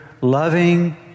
loving